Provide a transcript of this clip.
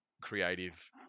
creative